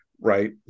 right